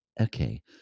Okay